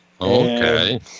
Okay